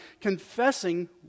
confessing